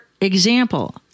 example